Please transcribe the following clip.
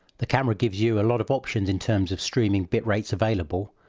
the camera gives you a lot of options in terms of streaming bit rates available.